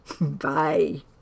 Bye